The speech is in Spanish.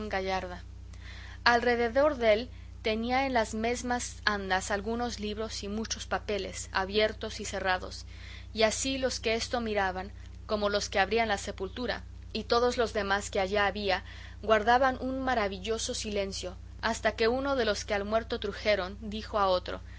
gallarda alrededor dél tenía en las mesmas andas algunos libros y muchos papeles abiertos y cerrados y así los que esto miraban como los que abrían la sepultura y todos los demás que allí había guardaban un maravilloso silencio hasta que uno de los que al muerto trujeron dijo a otro